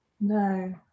No